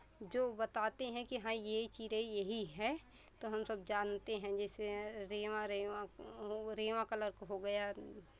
जो बताते हैं कि हाँ ये चिड़ै यही है तो हम सब जानते हैं जैसे रेमा रेमा रेमा कलर का हो गया